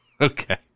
Okay